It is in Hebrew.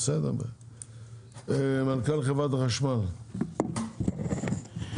מנכ"ל חברת החשמל, בבקשה.